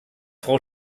frau